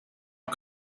not